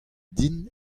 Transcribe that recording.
din